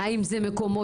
האם אלה מקומות